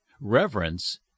reverence